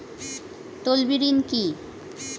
তলবি ঋণ কি?